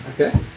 Okay